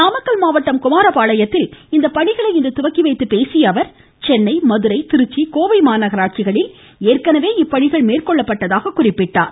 நாமக்கல் மாவட்டம் குமாரபாளையத்தில் இப்பணிகளை இன்று தொடங்கி வைத்துப் பேசிய அவர் சென்னை மதுரை திருச்சி கோவை மாநகராட்சிகளில் ஏற்கனவே இப்பணிகள் மேற்கொள்ளப்பட்டுள்ளதாக குறிப்பிட்டார்